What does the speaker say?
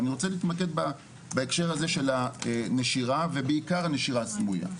אני רוצה להתמקד בהקשר הזה של הנשירה ובעיקר הנשירה הסמויה.